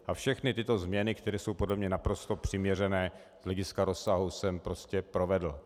A všechny tyto změny, které jsou podle mě naprosto přiměřené z hlediska rozsahu, jsem prostě provedl.